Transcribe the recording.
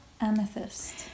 amethyst